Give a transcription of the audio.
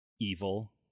evil